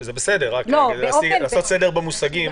שזה בסדר, רק לעשות סדר במושגים.